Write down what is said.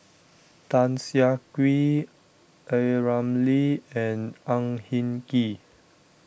Tan Siah Kwee A Ramli and Ang Hin Kee